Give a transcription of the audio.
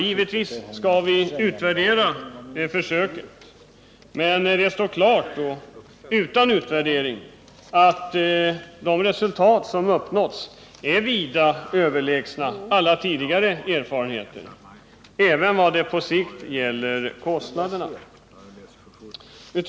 Givetvis skall vi utvärdera försöket, men det står klart utan utvärdering att de resultat som uppnåtts är vida överlägsna alla tidigare erfarenheter, även när det gäller kostnaderna på sikt.